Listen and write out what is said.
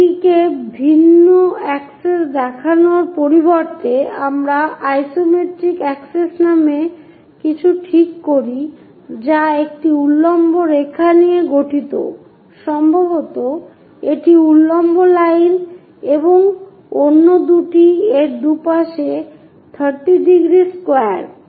এটিকে ভিন্ন অ্যাক্সেসে দেখানোর পরিবর্তে আমরা আইসোমেট্রিক অ্যাক্সেস নামে কিছু ঠিক করি যা একটি উল্লম্ব রেখা নিয়ে গঠিত সম্ভবত এটি উল্লম্ব লাইন এবং অন্য দুটি এর দুপাশে 30 ডিগ্রি স্কয়ার